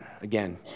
again